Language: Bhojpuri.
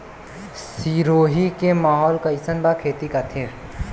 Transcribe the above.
सिरोही के माहौल कईसन बा खेती खातिर?